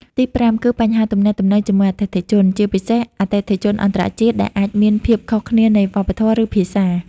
ទីប្រាំ គឺ បញ្ហាទំនាក់ទំនងជាមួយអតិថិជន ជាពិសេសអតិថិជនអន្តរជាតិ ដែលអាចមានភាពខុសគ្នានៃវប្បធម៌ ឬភាសា។